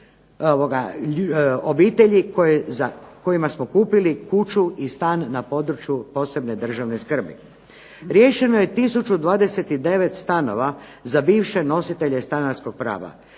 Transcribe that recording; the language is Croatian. obitelji kojima smo kupili kuću i stan na području posebne državne skrbi. Riješeno je 1029 stanova za bivše nositelje stanarskog prava.